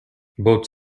both